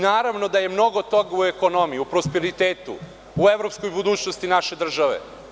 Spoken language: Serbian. Naravno da je mnogo toga u ekonomiji, u prosperitetu, u evropskoj budućnosti naše države.